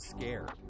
scared